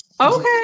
Okay